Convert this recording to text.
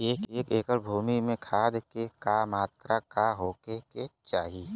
एक एकड़ भूमि में खाद के का मात्रा का होखे के चाही?